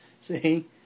See